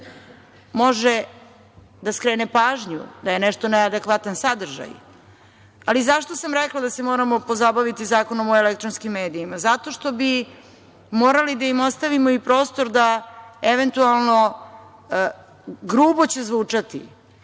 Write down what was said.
Može da skrene pažnju da je nešto neadekvatan sadržaj, ali zašto sam rekla da se moramo pozabaviti Zakonom o elektronskim medijima? Zato što bi morali da im ostavimo i prostor da eventualno, grubo će zvučati,